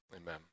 Amen